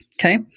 Okay